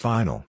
Final